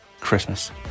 Christmas